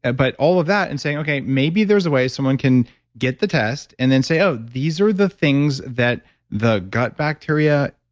ah but all of that and saying, okay, maybe there's a way someone can get the test and then say, oh, these are the things that the gut bacteria,